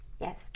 Yes